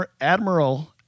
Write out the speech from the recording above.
Admiral